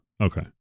Okay